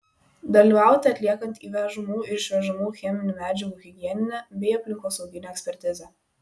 dalyvauti atliekant įvežamų ir išvežamų cheminių medžiagų higieninę bei aplinkosauginę ekspertizę